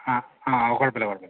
ങാ ങാ കുഴപ്പമില്ല കുഴപ്പമില്ല